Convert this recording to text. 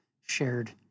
shared